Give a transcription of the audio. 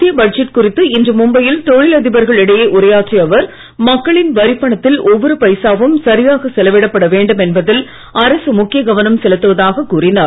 மத்திய பட்ஜெட் குறித்து இன்று மும்பையில் தொழிலதிபர்கள் இடையே உரையாற்றிய அவர் மக்களின் வரிப் பணத்தில் ஒவ்வொரு பைசாவும் சரியாக செலவிடப்பட வேண்டும் என்பதில் அரசு முக்கிய கவனம் செலுத்துவதாக கூறினார்